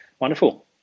Wonderful